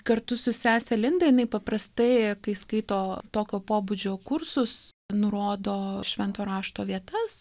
kartu su sese linda jinai paprastai kai skaito tokio pobūdžio kursus nurodo švento rašto vietas